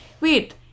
Wait